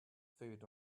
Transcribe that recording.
food